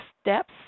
steps